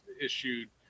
issued